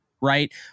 right